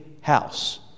house